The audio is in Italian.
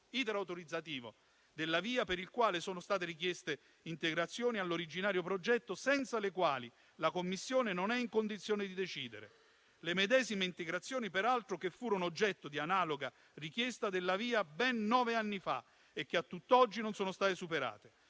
autorizzativo della VIA, per il quale sono state richieste integrazioni all'originario progetto, senza le quali la Commissione non è in condizione di decidere. Le medesime integrazioni, peraltro, che furono oggetto di analoga richiesta della VIA ben nove anni fa e che a tutt'oggi non sono state superate.